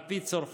על פי צורכיהם,